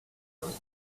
those